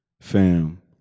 fam